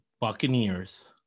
Buccaneers